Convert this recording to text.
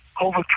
over